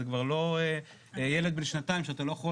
זה כבר לא ילד בן שנתיים שאתה לא יכול